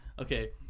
Okay